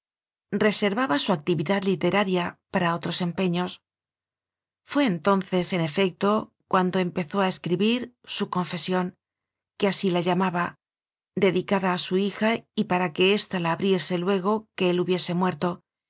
vaba su actividad literaria para otros em peños i fué entonces en efecto cuando empezó a escribir su confesión que así la llamaba dedicada a su hija y para que ésta la abriese luego que él hubiese muerto